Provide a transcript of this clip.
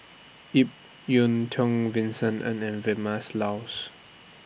Ip Yiu Tung Vincent Ng and Vilmas Laus